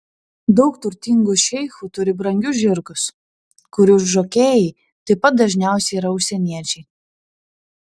daug turtingų šeichų turi brangius žirgus kurių žokėjai taip pat dažniausiai yra užsieniečiai